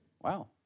Wow